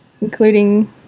including